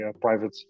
private